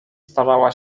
starała